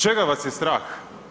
Čega vas je strah?